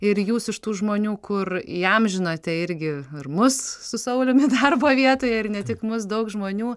ir jūs iš tų žmonių kur įamžinote irgi ir mus su sauliumi darbo vietoje ir ne tik mus daug žmonių